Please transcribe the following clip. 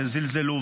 וזלזלו,